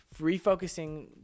refocusing